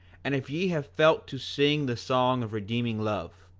and if ye have felt to sing the song of redeeming love,